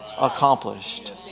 accomplished